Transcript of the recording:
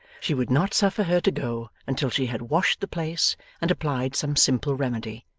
she would not suffer her to go until she had washed the place and applied some simple remedy,